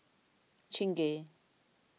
Chingay